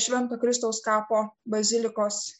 švento kristaus kapo bazilikos